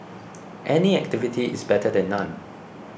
any activity is better than none